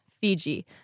Fiji